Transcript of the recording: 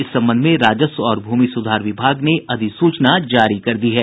इस संबंध में राजस्व और भूमि सुधार विभाग ने अधिसूचना जारी कर दी है